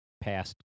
past